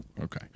Okay